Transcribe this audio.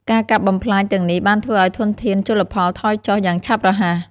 ការកាប់បំផ្លាញទាំងនេះបានធ្វើឲ្យធនធានជលផលថយចុះយ៉ាងឆាប់រហ័ស។